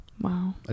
Wow